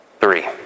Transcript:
three